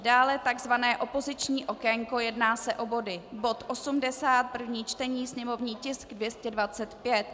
Dále tzv. opoziční okénko, jedná se o body: bod 80 první čtení sněmovní tisk 225.